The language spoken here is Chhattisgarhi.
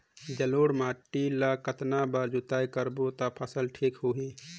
जलोढ़ माटी ला कतना बार जुताई करबो ता फसल ठीक होती?